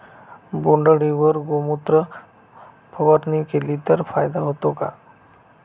बोंडअळीवर गोमूत्र फवारणी केली तर फायदा होतो का?